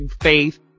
faith